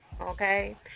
Okay